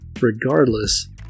regardless